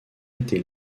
été